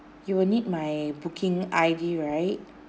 you will need my booking I_D right